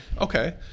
Okay